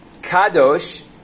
Kadosh